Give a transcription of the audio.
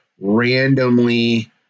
randomly